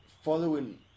following